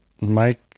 Mike